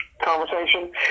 conversation